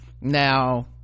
now